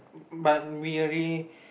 but we already